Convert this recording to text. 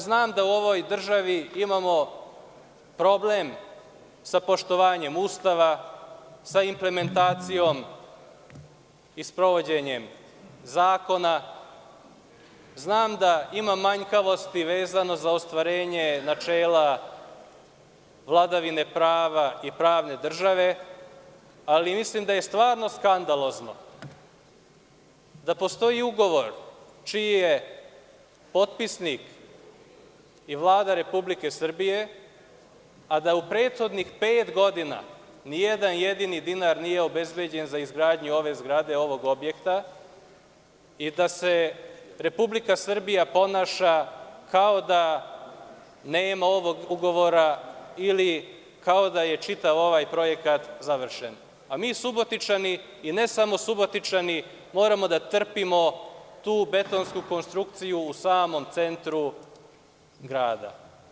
Znam da u ovoj državi imamo problem sa poštovanjem Ustava, sa implementacijom i sprovođenjem zakona, znam da ima manjkavosti vezano za ostvarenje načela vladine prava i pravne države, ali mislim da je stvarno skandalozno da postoji ugovor čiji je potpisnik i Vlada Republike Srbije, a da u prethodnih pet godina ni jedan jedini dinar nije obezbeđen za izgradnju ove zgrade, ovog objekta i da se Republika Srbija ponaša kao da nema ovog ugovora ili kao da je čitav ovaj projekat završen, a mi Subotičani, ne samo Subotičani, moramo da trpimo tu betonsku konstrukciju u samom centru grada.